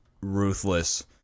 ruthless